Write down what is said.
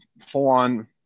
full-on